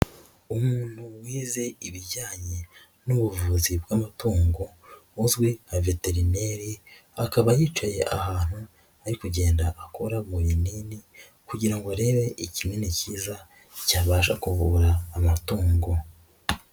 Umuntu wize ibijyanye n'ubuvuzi bw'amatungo uzwi nka veterineri akaba yicaye ahantu, ari kugenda akora mu binini kugira ngo arebe ikinini kiza cyabasha kuvura amatungo.